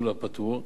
המסלול הפטור,